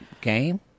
game